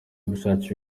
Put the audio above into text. ubushake